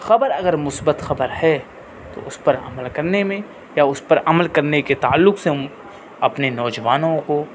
خبر اگر مثبت خبر ہے تو اس پر عمل کرنے میں یا اس پر عمل کرنے کے تعلق سے ہم اپنے نوجوانوں کو